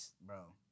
Bro